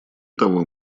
того